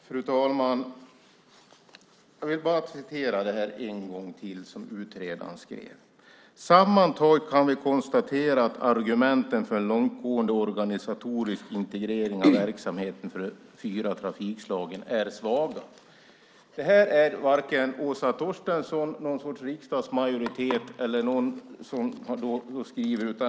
Fru talman! Jag vill än en gång läsa upp det utredaren skrev: Sammantaget kan vi konstatera att argumenten för en långtgående organisatorisk integrering av verksamheten för de fyra trafikslagen är svaga. Det är varken Åsa Torstensson eller någon riksdagsmajoritet som skriver det.